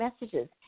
messages